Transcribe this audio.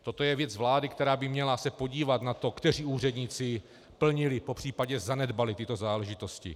Toto je věc vlády, která by se měla podívat na to, kteří úředníci plnili, popř. zanedbali tyto záležitosti.